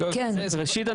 ראשית,